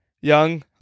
young